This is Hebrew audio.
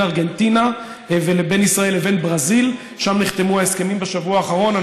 ארגנטינה ובין ישראל לבין ברזיל שם נחתמו ההסכמים בשבוע האחרון,